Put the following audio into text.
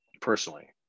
personally